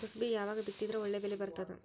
ಕುಸಬಿ ಯಾವಾಗ ಬಿತ್ತಿದರ ಒಳ್ಳೆ ಬೆಲೆ ಬರತದ?